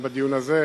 גם בדיון הזה,